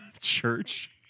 church